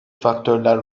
faktörler